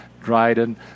Dryden